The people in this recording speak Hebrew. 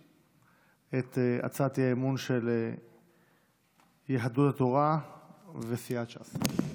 להציג את הצעת האי-אמון של יהדות התורה וסיעת ש"ס.